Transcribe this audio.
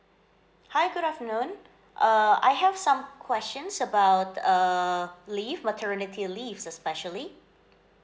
hi good afternoon uh I have some questions about uh leave maternity leaves especially